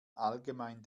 allgemein